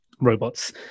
robots